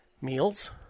meals